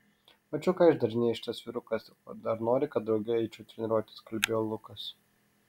mačiau ką išdarinėja šitas vyrukas o dar nori kad drauge eičiau treniruotis kalbėjo lukas